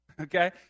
Okay